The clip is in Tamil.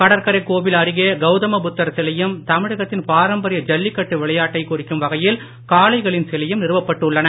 கடற்கரைக் கோவில் அருகே கவுதம புத்தர் சிலையும் தமிழத்தின் பாரம்பரிய ஜல்லிக்கட்டு விளையாட்டை குறிக்கும் வகையில் காளைகளின் சிலையும் நிறுவப்பட்டு உள்ளன